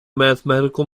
mathematical